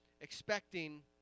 expecting